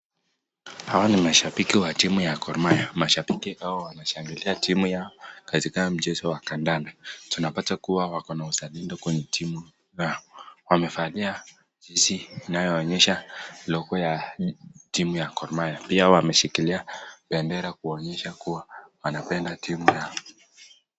Hawa ni mashambiki wa timu ya Gor Mahia. Mashambiki hawa wanashangilia timu yao katika mchezo wa kadada, tunapata kuwa wakona uzalendo katika timu yao. Wamevalia jezi inayo onyesha logo ya timu ya Gor Mahia, pia wameshikilia bendera kuonyesha kuwa wanapenda timu yao.